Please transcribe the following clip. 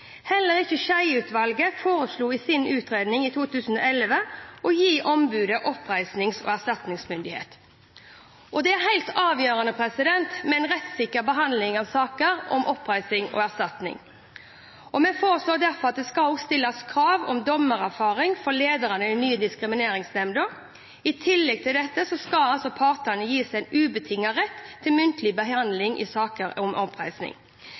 Heller ikke Skjeie-utvalget foreslo i sin utredning i 2011 å gi ombudet oppreisnings- og erstatningsmyndighet. Det er helt avgjørende med en rettssikker behandling av saker om oppreisning og erstatning. Vi foreslår derfor at det skal stilles krav om dommererfaring for lederne i den nye diskrimineringsnemnda. I tillegg til dette skal partene gis en ubetinget rett til muntlig behandling i saker om oppreisning.